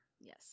yes